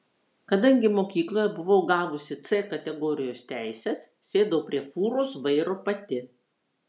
kadangi mokykloje buvau gavusi c kategorijos teises sėdau prie fūros vairo pati